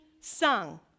sung